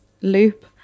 loop